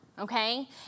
Okay